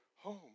home